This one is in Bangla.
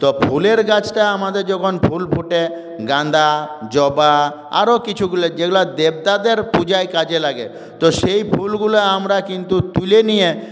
তো ফুলের গাছটা আমাদের যখন ফুল ফুটে গাঁদা জবা আরো কিছুগুলো যেগুলো দেবতাদের পূজায় কাজে লাগে তো সেই ফুলগুলো আমরা কিন্তু তুলে নিয়ে